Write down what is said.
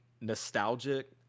nostalgic